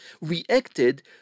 reacted